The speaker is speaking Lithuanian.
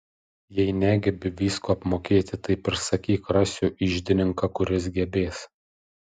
jei negebi visko apmokėti taip ir sakyk rasiu iždininką kuris gebės